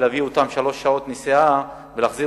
להביא אותם שלוש שעות נסיעה ולהחזיר